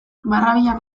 barrabilak